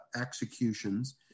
executions